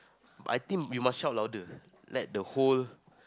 I think you must shout louder like the hall